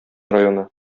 районы